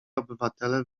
obywatele